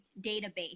database